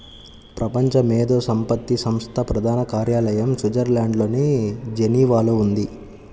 ప్రపంచ మేధో సంపత్తి సంస్థ ప్రధాన కార్యాలయం స్విట్జర్లాండ్లోని జెనీవాలో ఉంది